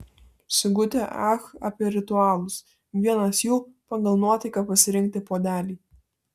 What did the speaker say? sigutė ach apie ritualus vienas jų pagal nuotaiką pasirinkti puodelį